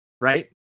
right